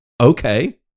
okay